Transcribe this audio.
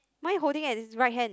my holding at its right hand